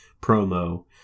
promo